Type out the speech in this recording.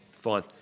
Fine